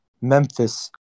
Memphis